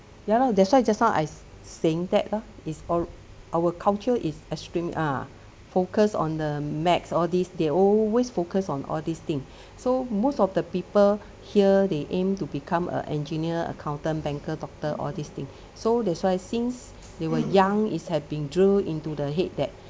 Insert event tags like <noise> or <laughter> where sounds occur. ya lah that's why just now I saying that lah is all our culture is extreme ah focus on the max all these they always focus on all these thing <breath> so most of the people here they aim to become a engineer accountant banker doctor all these thing so that's why since they were young is have been drilled into the head that